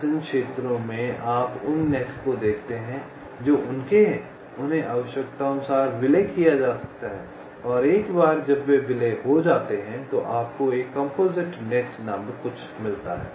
आसन्न क्षेत्रों में आप उन नेट को देखते हैं जो उनके हैं उन्हें आवश्यकतानुसार विलय किया जा सकता है और एक बार जब वे विलय हो जाते हैं तो आपको एक कम्पोजिट नेट नामक कुछ मिलता है